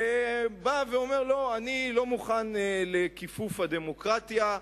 ולכן אני לא מוכן לכיפוף הדמוקרטיה,